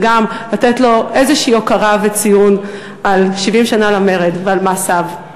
וגם לתת לו איזושהי הוקרה וציון על 70 שנה למרד ועל מעשיו.